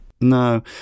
no